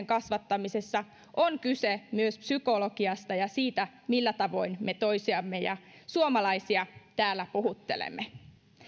kasvattamisessa on kyse myös psykologiasta ja siitä millä tavoin me toisiamme ja suomalaisia täällä puhuttelemme